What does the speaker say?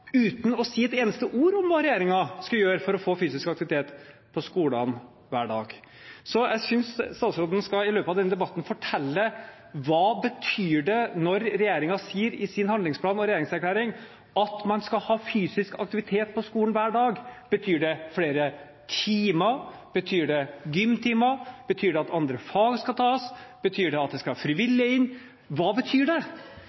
uten å si et eneste ord om hva regjeringen skal gjøre for å få fysisk aktivitet på skolene hver dag. Så jeg synes statsråden i løpet av denne debatten skal fortelle: Hva betyr det når regjeringen sier i sin handlingsplan og regjeringserklæring at man skal ha fysisk aktivitet på skolen hver dag? Betyr det flere timer, betyr det gymtimer, betyr det at det skal tas fra andre fag, betyr det at det skal frivillige inn – hva betyr det?